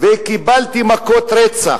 וקיבלתי מכות רצח.